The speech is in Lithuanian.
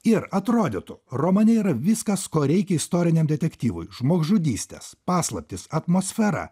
ir atrodytų romane yra viskas ko reikia istoriniam detektyvui žmogžudystės paslaptys atmosfera